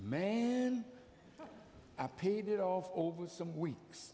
man i paid it off over some weeks